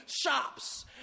shops